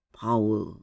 power